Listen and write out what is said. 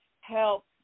help